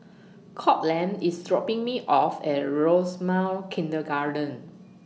Courtland IS dropping Me off At Rosemount Kindergarten